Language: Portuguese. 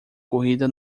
corrida